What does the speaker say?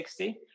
60